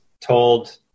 told